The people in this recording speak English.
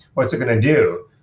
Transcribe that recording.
what's it going to do?